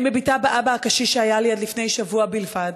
אני מביטה באבא הקשיש שהיה לי עד לפני שבוע בלבד,